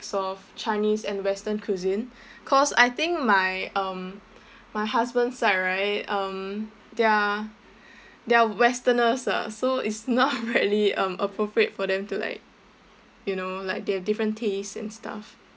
of chinese and western cuisine cause I think my um my husband side right um they are they are westerners ah so it's not really um appropriate for them to like you know like they have different taste and stuff